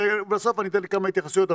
בסוף אני אתן לכמה התייחסויות,